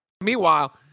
Meanwhile